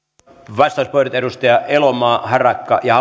vastauspuheenvuorot edustajat elomaa harakka ja